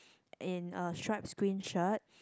in a stripe green shirt